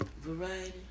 Variety